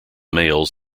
males